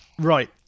Right